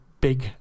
big